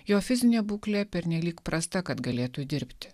jo fizinė būklė pernelyg prasta kad galėtų dirbt